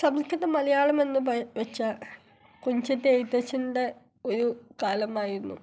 സംസ്കൃതം മലയാളം എന്ന് വെച്ചാൽ തുഞ്ചത്ത് എഴുതച്ചൻ്റെ ഒരു കാലമായിരുന്നു